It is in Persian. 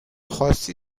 خواستی